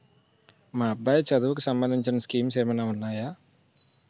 మా అబ్బాయి చదువుకి సంబందించిన స్కీమ్స్ ఏమైనా ఉన్నాయా?